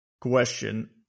question